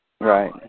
Right